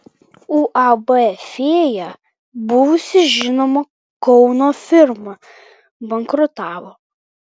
uab fėja buvusi žinoma kauno firma bankrutavo